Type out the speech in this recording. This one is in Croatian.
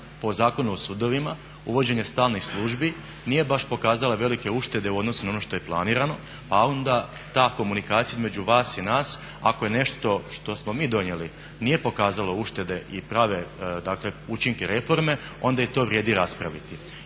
po Zakonu o sudovima, uvođenje stalnih službi nije baš pokazala velike uštede u odnosu na ono što je planirano, pa onda ta komunikacija između vas i nas ako je nešto što smo mi donijeli nije pokazalo uštede i prave učinke i reforme onda i to vrijedi raspraviti.